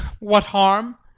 what harm?